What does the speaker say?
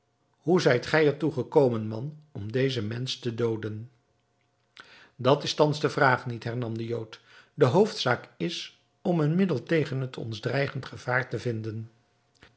hoe zijt gij er toe gekomen man om dezen mensch te dooden dat is thans de vraag niet hernam de jood de hoofdzaak is om een middel tegen het ons dreigend gevaar te vinden